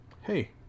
Hey